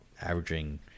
averaging